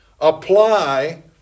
Apply